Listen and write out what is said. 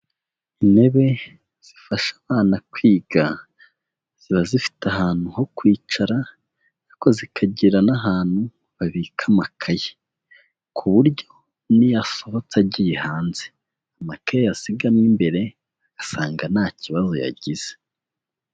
Intebe zifasha abana kwiga, ziba zifite ahantu ho kwicara ariko zikagira n'ahantu babika amakaye, ku buryo niyo asohotse agiye hanze, amakaye ayasigamo imbere asanga nta kibazo yagize.